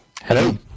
Hello